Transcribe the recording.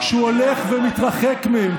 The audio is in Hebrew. הולכת ומתרחקת מהם.